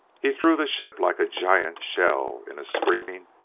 he threw the ship like a giant shell in a screaming,